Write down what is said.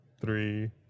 three